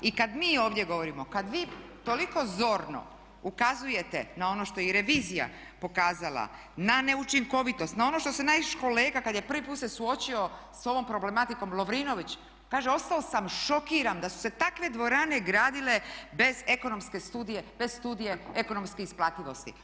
I kad mi ovdje govorimo, kad vi toliko zorno ukazujete na ono što je i revizija pokazala, na neučinkovitost, na ono što se naš kolega kad je prvi put se suočio sa ovom problematikom Lovrinović kaže ostao sam šokiran da su se takve dvorane gradile bez ekonomske studije, bez Studije ekonomske isplativosti.